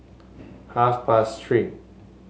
half past Three